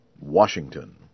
Washington